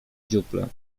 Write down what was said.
dziuplę